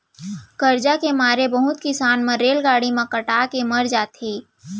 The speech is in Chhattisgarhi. करजा के मारे बहुत किसान मन रेलगाड़ी म कटा के मर जाथें